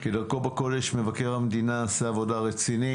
כדרכו בקודש, מבקר המדינה עשה עבודה רצינית.